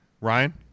Ryan